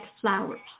Flowers